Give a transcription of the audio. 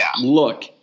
look